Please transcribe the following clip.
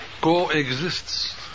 coexists